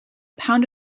pound